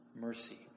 mercy